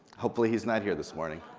hopefully, he's not here this morning.